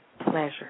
pleasure